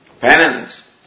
penance